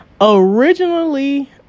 originally